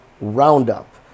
Roundup